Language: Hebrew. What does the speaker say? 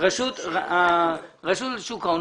רשות שוק ההון,